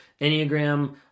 Enneagram